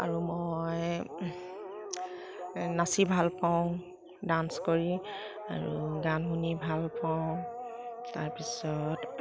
আৰু মই নাচি ভালপাওঁ ডান্স কৰি আৰু গান শুনি ভালপাওঁ তাৰপিছত